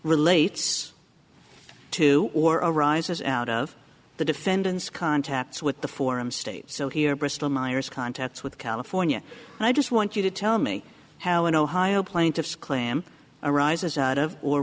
relates two or arises out of the defendant's contacts with the forum state so here bristol myers contacts with california i just want you to tell me how an ohio plaintiff's claim arises out of or